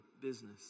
business